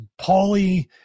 Paulie